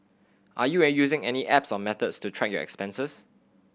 are you using any apps or methods to track your expenses